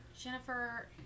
Jennifer